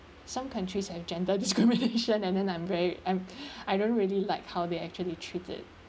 some countries have gender discrimination and then I'm very I'm I don't really like how they actually treated